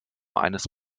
eines